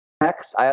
Next